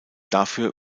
dafür